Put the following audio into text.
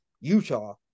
Utah